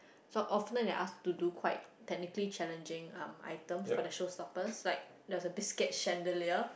so often they ask to do quite technically challenging um items for the showstoppers like there's the biscuit Chandelier